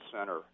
center